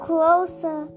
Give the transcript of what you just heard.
Closer